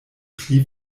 pli